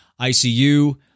ICU